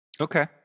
Okay